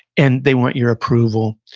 and they want your approval.